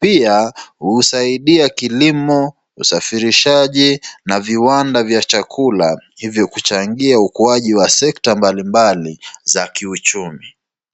Pia husaidia kilimo, usafirishaji na viwanda vya chakula, hivyo kuchangia ukuaji wa sekta mbalimbali za kiuchumi.